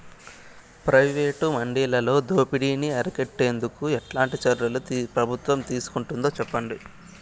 Private మండీలలో దోపిడీ ని అరికట్టేందుకు ఎట్లాంటి చర్యలు ప్రభుత్వం తీసుకుంటుందో చెప్పండి?